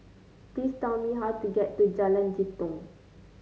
please tell me how to get to Jalan Jitong